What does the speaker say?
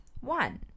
one